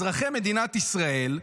אזרחי מדינת ישראל,